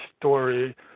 story